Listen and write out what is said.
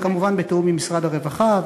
וכמובן בתיאום עם משרד הרווחה,